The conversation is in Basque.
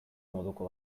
moduko